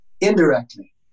indirectly